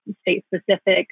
state-specific